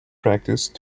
practice